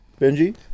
Benji